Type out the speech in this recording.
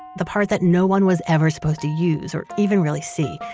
the part that no one was ever supposed to use or even really see,